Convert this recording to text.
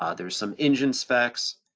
ah there's some engine specs,